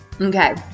Okay